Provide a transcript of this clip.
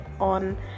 on